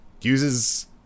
uses